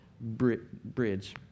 Bridge